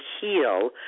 heal